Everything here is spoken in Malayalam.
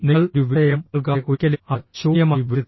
നിങ്ങൾ ഒരു വിഷയവും നൽകാതെ ഒരിക്കലും അത് ശൂന്യമായി വിടരുത്